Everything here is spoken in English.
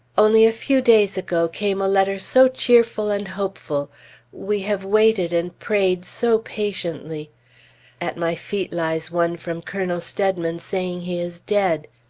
only a few days ago came a letter so cheerful and hopeful we have waited and prayed so patiently at my feet lies one from colonel steadman saying he is dead.